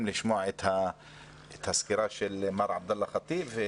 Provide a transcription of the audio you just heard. לשמוע את הסקירה שלמר עבדאללה חטיב.